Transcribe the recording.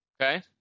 Okay